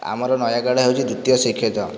ଆମର ନୟାଗଡ଼ ହେଉଛି ଦ୍ଵିତୀୟ ଶ୍ରୀକ୍ଷେତ୍ର